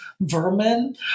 vermin